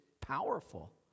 powerful